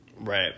Right